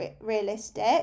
realistic